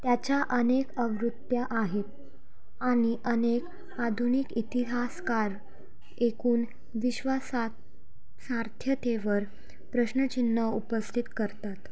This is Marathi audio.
त्याच्या अनेक आवृत्त्या आहेत आणि अनेक आधुनिक इतिहासकार एकूण विश्वासा सार्थ्यतेवर प्रश्नचिन्ह उपस्थित करतात